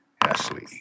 Ashley